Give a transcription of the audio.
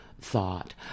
thought